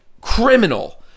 criminal